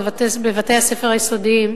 בבתי-הספר היסודיים,